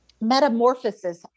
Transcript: metamorphosis